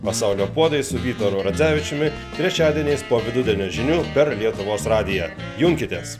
pasaulio puodai su vytaru radzevičiumi trečiadieniais po vidudienio žinių per lietuvos radiją junkitės